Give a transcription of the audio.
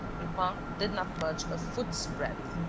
lupin did not budge a foot's breadth.